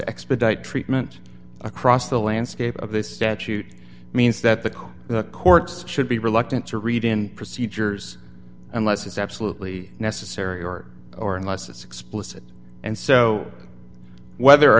expedite treatment across the landscape of this statute means that the courts should be reluctant to read in procedures unless it's absolutely necessary or or unless it's explicit and so whether or